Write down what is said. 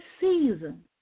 season